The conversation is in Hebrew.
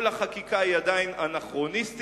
כל החקיקה היא עדיין אנכרוניסטית,